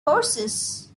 forces